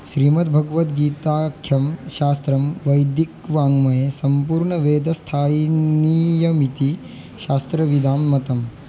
श्रीमद्भगवद्गीताख्यं शास्त्रं वैदिकवाङ्मये सम्पूर्णवेदस्थायिनीयमिति शास्त्रविदां मतम्